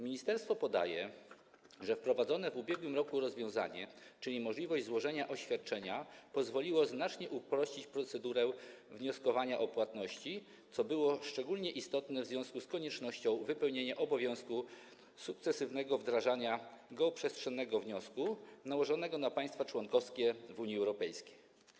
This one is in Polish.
Ministerstwo podaje, że wprowadzone w ubiegłym roku rozwiązanie, czyli możliwość złożenia oświadczenia, pozwoliło znacznie uprościć procedurę wnioskowania o płatności, co było szczególnie istotne w związku z koniecznością wypełnienia obowiązku sukcesywnego wdrażania geoprzestrzennego wniosku nałożonego na państwa członkowskie Unii Europejskiej.